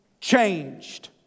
changed